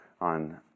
on